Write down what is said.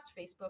Facebook